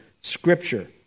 Scripture